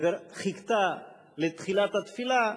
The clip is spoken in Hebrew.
וחיכתה לתחילת התפילה,